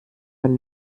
ein